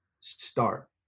start